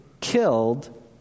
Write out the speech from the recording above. killed